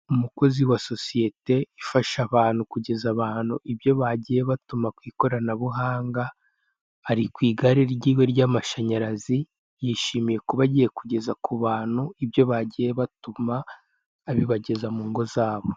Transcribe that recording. Umukozi wa sosiyete ifasha abantu kugeza ku bantu ibyo bagiye batuma ku ikoranabuhanga, ari ku igare ry'iwe ry'amashanyarazi; yishimiye kuba agiye kugeza ku bantu ibyo bagiye batuma, abibagezaho mu ngo zabo.